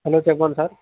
hello చెప్పండి sir